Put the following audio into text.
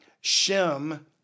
Shem